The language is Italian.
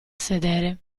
sedere